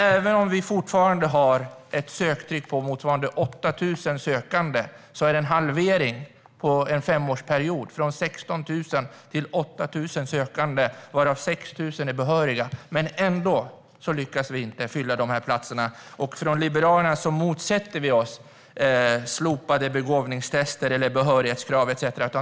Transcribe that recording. Även om vi fortfarande har ett söktryck på motsvarande 8 000 sökande är det en halvering på fem år, från 16 000 till 8 000 sökande, varav 6 000 är behöriga. Ändå lyckas vi inte fylla platserna. Vi i Liberalerna motsätter oss slopade begåvningstester eller behörighetskrav etcetera.